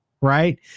Right